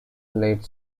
late